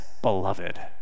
beloved